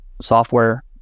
software